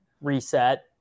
reset